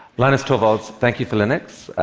linus torvalds, thank you for linux,